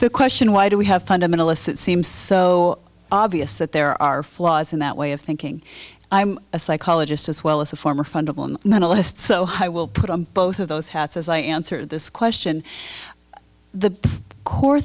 the question why do we have fundamentalists it seems so obvious that there are flaws in that way of thinking i'm a psychologist as well as a former fundable and mentalist so i will put on both of those hats as i answer this question the core